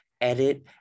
edit